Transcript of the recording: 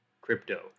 crypto